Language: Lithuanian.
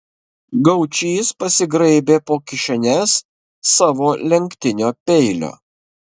gaučys pasigraibė po kišenes savo lenktinio peilio